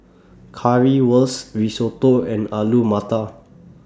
Currywurst Risotto and Alu Matar